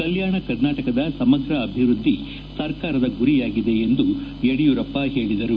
ಕಲ್ಲಾಣ ಕರ್ನಾಟಕದ ಸಮಗ್ರ ಅಭಿವೃದ್ದಿ ಸರ್ಕಾರದ ಗುರಿಯಾಗಿದೆ ಎಂದರು